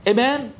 Amen